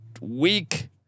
week